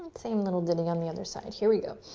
same little ditty on the other side. here we go.